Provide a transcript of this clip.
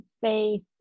faith